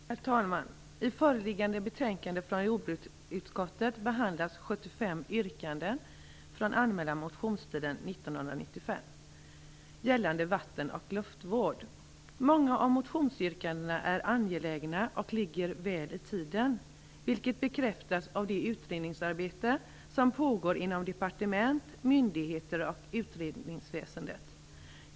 Herr talman! I föreliggande betänkande från jordbruksutskottet behandlas 75 yrkanden från allmänna motionstiden 1995 gällande vatten och luftvård. Många av motionsyrkandena är angelägna och ligger väl i tiden, vilket bekräftas av det utredningsarbete som pågår inom departement, myndigheter och utredningsväsende.